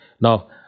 Now